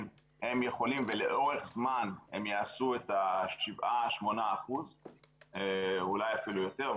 הם יכולים ולאורך זמן הם יעשו את ה-7%-8% אולי אפילו יותר.